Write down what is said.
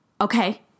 Okay